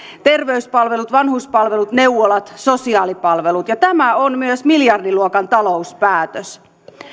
terveyspalvelut vanhuspalvelut neuvolat sosiaalipalvelut tämä on myös miljardiluokan talouspäätös